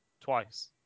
twice